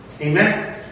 Amen